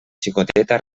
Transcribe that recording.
xicoteta